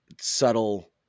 subtle